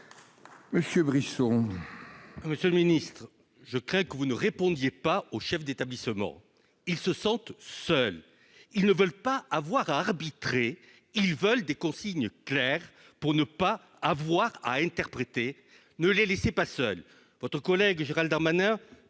Monsieur le Ministre, je crains que vous ne répondiez pas au chef d'établissement, ils se sentent seuls, ils ne veulent pas avoir arbitré, ils veulent des consignes claires pour ne pas avoir à interpréter, ne les laissez pas seul votre collègue, Gérald Darmanin,